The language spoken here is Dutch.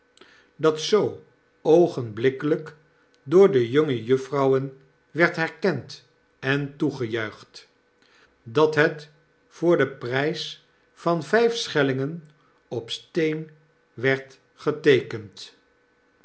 dat zoo oogenblikkelyk door de jongejuffrouwen werdherkendentoegejucht dat het voor den prys van vyf schellingen op steen werd geteekend